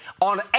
On